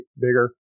bigger